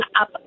up